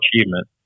achievement